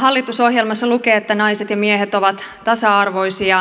hallitusohjelmassa lukee että naiset ja miehet ovat tasa arvoisia